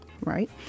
right